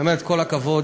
באמת, כל הכבוד.